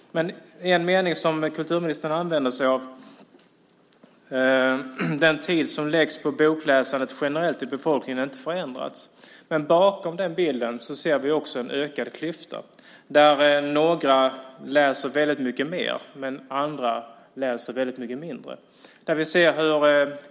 Kulturministern säger att den tid som läggs på bokläsande generellt i befolkningen inte har förändrats. Men bakom den bilden ser vi också en ökad klyfta. Några läser väldigt mycket mer medan andra läser väldigt mycket mindre.